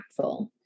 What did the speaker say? impactful